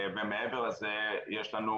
ומעבר לזה, יש לנו